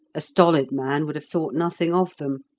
a stolid man would have thought nothing of them.